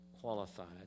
qualified